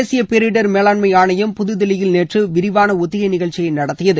தேசிய பேரிடர் மேலாண்மை ஆணையம் புதுதில்லியில் நேற்று விரிவான ஒத்திகை நிகழ்ச்சியை நடத்தியது